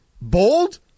bold